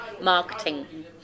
marketing